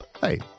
Hey